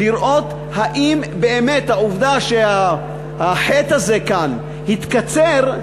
לראות אם באמת העובדה שה"חית" הזאת כאן התקצרה,